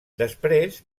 després